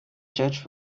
judge